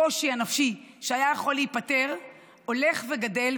הקושי הנפשי שהיה יכול להיפתר הולך וגדל,